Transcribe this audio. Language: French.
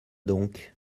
donc